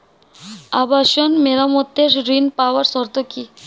আবাসন মেরামতের ঋণ পাওয়ার শর্ত কি?